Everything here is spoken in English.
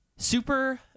Super